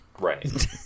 Right